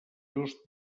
just